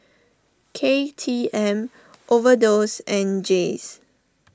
K T M Overdose and Jays